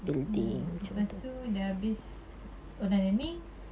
ya lepas tu dah habis online learning